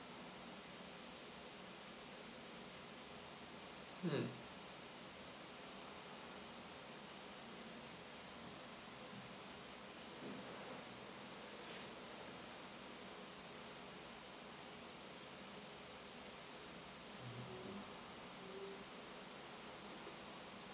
hmm